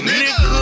nigga